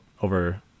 over